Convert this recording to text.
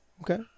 Okay